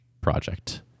project